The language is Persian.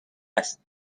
هست